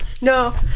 No